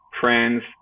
friends